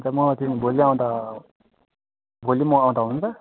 हुन्छ म त्यो भोलि आउँदा भोलि म आउँदा हुन्छ